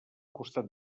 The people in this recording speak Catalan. costat